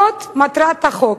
זאת מטרת החוק.